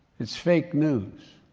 it's fake news.